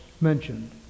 mentioned